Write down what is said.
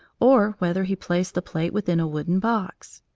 or whether he placed the plate within a wooden box.